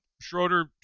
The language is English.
Schroeder